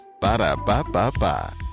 Ba-da-ba-ba-ba